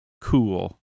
Cool